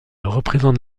représente